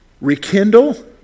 rekindle